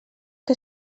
que